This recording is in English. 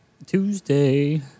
Tuesday